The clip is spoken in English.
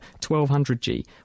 1200g